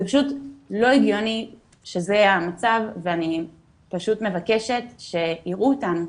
זה פשוט לא הגיוני שזה יהיה המצב ואני פשוט מבקשת שיראו אותנו.